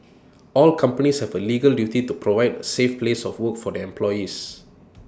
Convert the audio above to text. all companies have A legal duty to provide A safe place of work for their employees